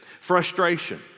frustration